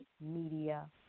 media